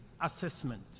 assessment